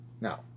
Now